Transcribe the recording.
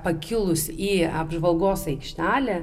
pakilus į apžvalgos aikštelę